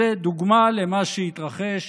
זו דוגמה למה שיתרחש